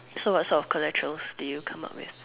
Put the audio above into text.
so what sort of collateral did you come out with